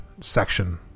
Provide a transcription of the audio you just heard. section